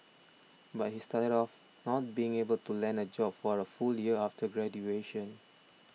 but he started off not being able to land a job for a full year after graduation